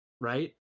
right